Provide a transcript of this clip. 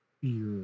fear